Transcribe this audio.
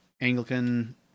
Anglican